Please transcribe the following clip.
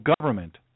government